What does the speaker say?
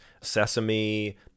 sesame